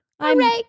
Hooray